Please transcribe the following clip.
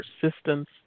Persistence